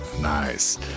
nice